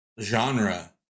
genre